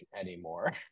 anymore